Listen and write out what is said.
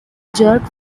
jerk